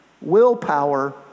willpower